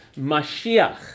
Mashiach